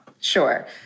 Sure